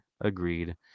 Agreed